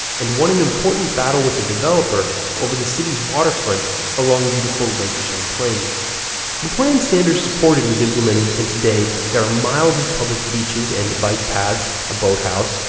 and won an important battle with a developer over the city's waterfront along beautiful lake champlain. the and plan sanders supported was implemented and today there are miles of public beaches and bike paths, a boathouse,